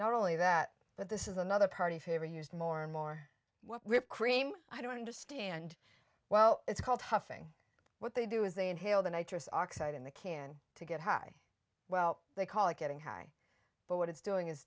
not only that but this is another party favor here's more more rip cream i don't understand well it's called huffing what they do is they inhale the nitric oxide in the can to get high well they call it getting high but what it's doing is